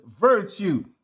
virtue